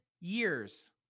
years